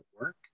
work